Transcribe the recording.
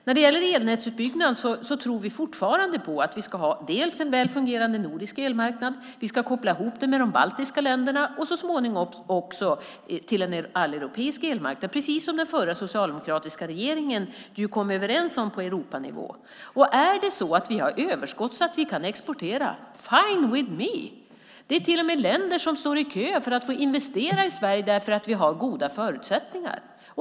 När det gäller elnätsutbyggnaden tror vi fortfarande på att vi ska ha en väl fungerande nordisk elmarknad, koppla ihop den med de baltiska länderna och så småningom också i en alleuropeisk elmarknad, precis som den tidigare socialdemokratiska regeringen kom överens om på Europanivå. Om vi har överskott så att vi kan exportera så fine by me. Det finns till och med länder som står i kö för att få investera i Sverige eftersom vi har goda förutsättningar.